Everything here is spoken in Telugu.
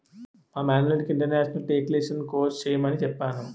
మా మేనల్లుడికి ఇంటర్నేషనల్ టేక్షేషన్ కోర్స్ చెయ్యమని చెప్పాను